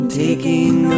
taking